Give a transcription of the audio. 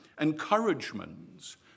encouragements